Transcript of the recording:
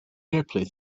airplay